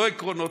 לא עקרונות,